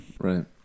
Right